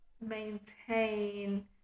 maintain